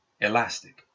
elastic